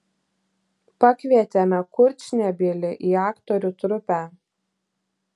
pakvietėme kurčnebylį į aktorių trupę